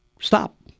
stop